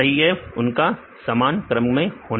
सही है उनका सामान क्रम होगा